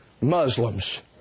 Muslims